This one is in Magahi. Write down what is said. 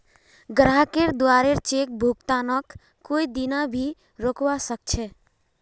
ग्राहकेर द्वारे चेक भुगतानक कोई दीना भी रोकवा सख छ